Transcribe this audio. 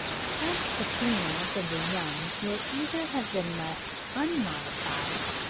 thus the females and the young will either have been left unmodified,